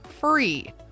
free